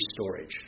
storage